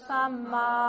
Sama